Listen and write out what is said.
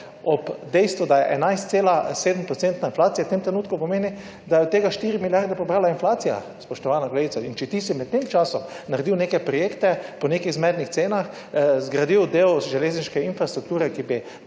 ob dejstvu, da je 11,7 procentna inflacija, v tem trenutku pomeni, da je od tega 4 milijarde pobrala inflacija, spoštovana kolegica. In če ti si med tem in če ti si med tem časom naredil neke projekte, po nekih zmernih cenah, zgradil del železniške infrastrukture, ki bi